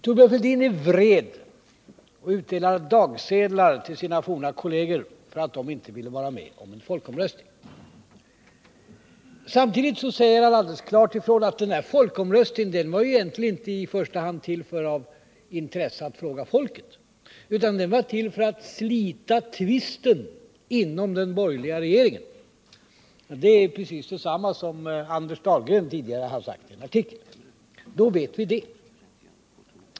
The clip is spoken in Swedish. Thorbjörn Fälldin är vred och utdelar dagsedlar till sina forna kolleger därför att de inte ville vara med om en folkomröstning. Samtidigt säger han alldeles klart ifrån att bakgrunden till att denna folkomröstning borde ske inte i första hand var ett intresse av att tillfråga folket om dess uppfattning, utan att den borde genomföras för att slita tvisten inom den borgerliga regeringen. Det är också precis detsamma som Anders Dahlgren tidigare har sagt i en artikel. Då vet vi det.